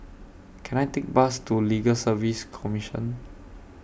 Can I Take Bus to Legal Service Commission